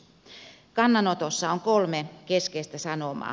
kannanotossa on kolme keskeistä sanomaa